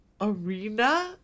arena